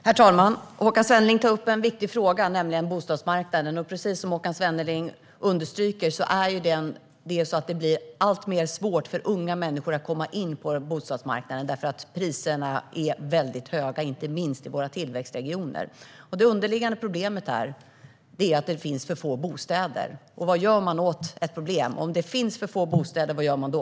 Herr talman! Håkan Svenneling tar upp en viktig fråga, nämligen bostadsmarknaden. Precis som Håkan Svenneling understryker blir det allt svårare för unga människor att komma in på bostadsmarknaden, då priserna är väldigt höga, inte minst i våra tillväxtregioner. Det underliggande problemet är att det finns för få bostäder. Vad gör man åt det problemet? Om det finns för få bostäder, vad gör man då?